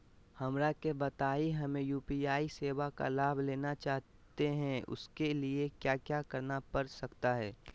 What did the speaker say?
हमरा के बताइए हमें यू.पी.आई सेवा का लाभ लेना चाहते हैं उसके लिए क्या क्या करना पड़ सकता है?